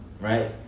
right